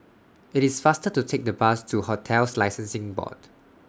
IT IS faster to Take The Bus to hotels Licensing Board